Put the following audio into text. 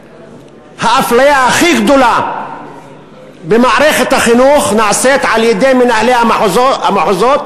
האפליה הכי גדולה במערכת החינוך נעשית על-ידי מנהלי המחוזות,